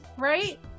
Right